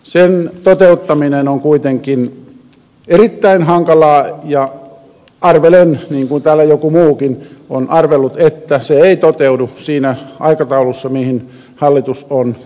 sen toteuttaminen on kuitenkin erittäin hankalaa ja arvelen niin kuin täällä joku muukin on arvellut että se ei toteudu siinä aikataulussa mihin hallitus on päätynyt